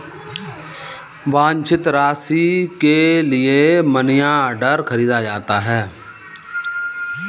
वांछित राशि के लिए मनीऑर्डर खरीदा जाता है